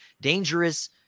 dangerous